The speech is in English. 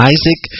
Isaac